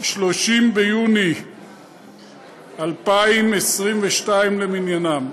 30 ביוני 2022 למניינם.